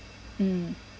mm